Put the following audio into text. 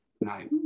Night